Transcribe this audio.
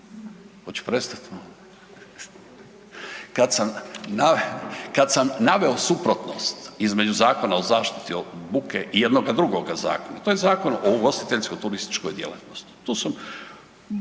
razliku, kada sam naveo suprotnost između Zakona o zaštiti od buke i jednoga drugoga zakona, to je Zakon o ugostiteljsko-turističkoj djelatnosti